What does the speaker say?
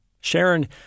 Sharon